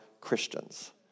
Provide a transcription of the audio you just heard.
Christians